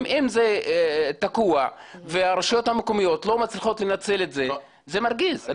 אם זה תקוע והרשויות המקומיות לא מצליחות לנצל את זה זה מרגיז.